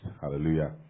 Hallelujah